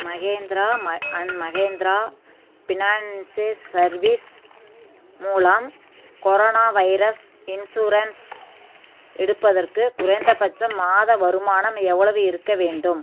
மஹேந்திரா ம and Mahindra finances service மூலம் corona virus insurance எடுப்பதற்கு குறைந்தபட்ச மாத வருமானம் எவ்வளவு இருக்க வேண்டும்